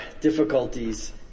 difficulties